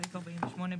סעיף 48 בטל.